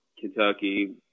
Kentucky